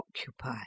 occupy